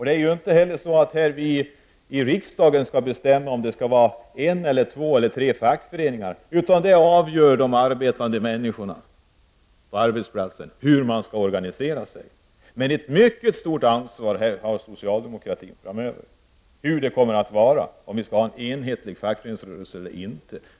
Det är inte vi här i riksdagen som skall bestämma om det skall vara en, två eller tre fackföreningar på en arbetsplats, utan det avgör de arbetande människorna där. De skall ha rätt att bestämma hur de skall organisera sig. Här har socialdemokratin ett stort ansvar framöver. De har att ta ställning till om vi skall ha en enhetlig fackföreningsrörelse eller inte.